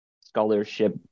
scholarship